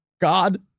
God